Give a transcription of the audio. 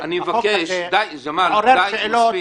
ג'מאל, מספיק.